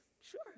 Sure